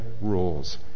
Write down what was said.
rules